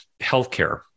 Healthcare